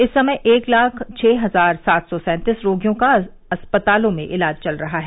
इस समय एक लाख छह हजार सात सौ सैंतीस रोगियों का अस्पतालों में इलाज चल रहा है